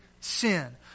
sin